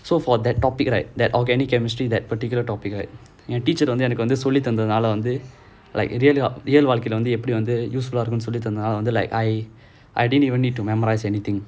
so for that topic right that organic chemistry that particular topic right வந்து எனக்கு வந்து எனக்கு சொல்லி தந்த தால வந்து:vanthu ennakku vanthu ennaku solli thantha thaala vanthu like real வாழ்க்கைல வந்து எப்பிடி:vazhakaila vanthu eppidi useful eh இருக்கும்னு சொல்லி தந்ததால்:irukumnu solli thanthathaala I I didn't even need to memorise anything